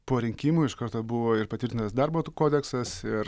po rinkimų iš karto buvo ir patvirtintas darbo kodeksas ir